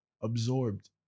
absorbed